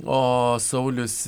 o saulius